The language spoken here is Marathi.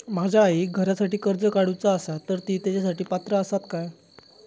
माझ्या आईक घरासाठी कर्ज काढूचा असा तर ती तेच्यासाठी पात्र असात काय?